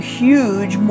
huge